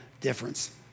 difference